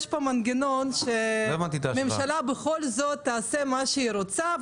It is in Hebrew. יש פה מנגנון שהממשלה בכול זאת תעשה מה שהיא רוצה,